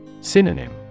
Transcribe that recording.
Synonym